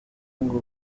ngo